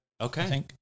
Okay